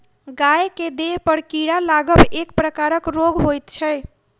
गाय के देहपर कीड़ा लागब एक प्रकारक रोग होइत छै